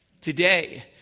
Today